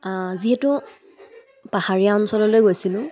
যিহেতু পাহাৰীয়া অঞ্চললৈ গৈছিলোঁ